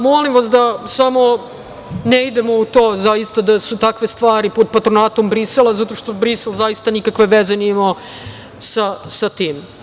Molim vas da samo ne idemo u to zaista da su takve stvari pod patronatom Brisela zato što Brisel zaista nikakve veze nije imao sa tim.